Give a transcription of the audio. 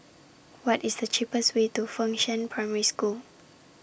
What IS The cheapest Way to Fengshan Primary School